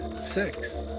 Six